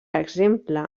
exemple